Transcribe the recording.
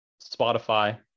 Spotify